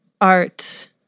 art